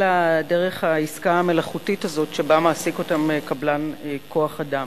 אלא דרך ההעסקה המלאכותית הזאת שבה מעסיק אותם קבלן כוח-אדם.